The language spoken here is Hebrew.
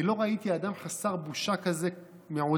אני לא ראיתי אדם חסר בושה כזה מעודי.